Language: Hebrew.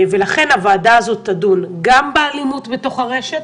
לכן הוועדה הזאת תדון גם באלימות בתוך הרשת,